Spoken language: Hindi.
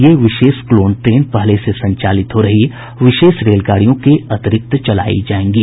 ये विशेष क्लोन ट्रेन पहले से संचालित हो रही विशेष रेलगाडियों के अतिरिक्त चलाई जाएंगी